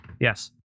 Yes